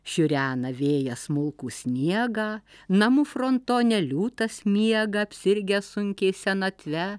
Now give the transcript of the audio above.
šiurena vėjas smulkų sniegą namų frontone liūtas miega apsirgęs sunkiai senatve